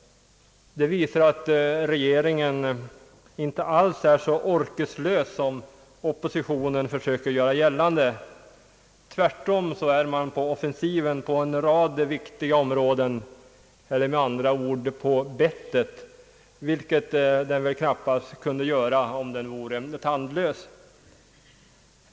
Det visar att regeringen inte alls är så orkeslös som oppositionen söker göra gällande. Tvärtom är regeringen på offensiven på en rad viktiga områden, eller med andra ord på bettet. Det hade den väl knappast kunnat vara om den vore tandlös.